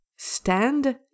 Stand